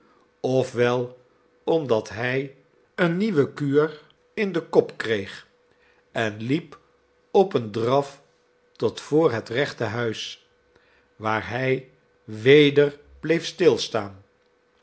wel omdat hij eene nieuwe kuur in den kop kreeg en liep op een draf tot voor het rechte huis waar hij weder bleef stilstaan